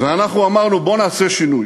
ואנחנו אמרנו: בואו נעשה שינוי.